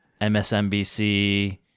msnbc